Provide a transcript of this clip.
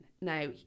Now